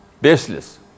baseless